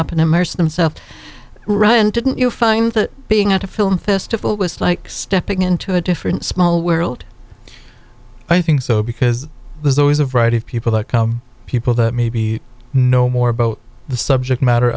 up and immersed themselves right and didn't you find that being at a film festival was like stepping into a different small world i think so because there's always a variety of people that come people that maybe know more about the subject matter